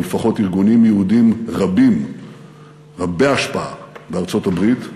או לפחות ארגונים יהודיים רבים רבי השפעה בארצות-הברית,